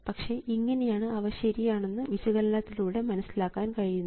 പക്ഷേ ഇങ്ങനെയാണ് അവ ശരിയാണെന്ന് വിശകലനത്തിലൂടെ മനസ്സിലാക്കാൻ കഴിയുന്നത്